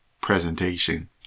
presentation